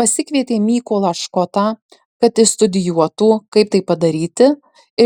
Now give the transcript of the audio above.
pasikvietė mykolą škotą kad išstudijuotų kaip tai padaryti